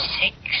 six